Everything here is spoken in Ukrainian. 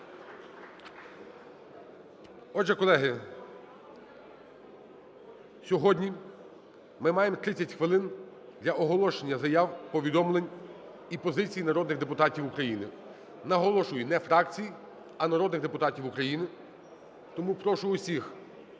Отже, колеги, сьогодні ми маємо 30 хвилин для оголошення заяв, повідомлень і позиції народних депутатів України, наголошую – не фракцій, а народних депутатів України. Тому прошу всіх,